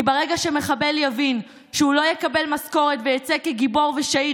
כי ברגע שמחבל יבין שהוא לא יקבל משכורת ויצא כגיבור ושהיד